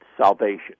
salvation